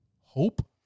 hope